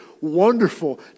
wonderful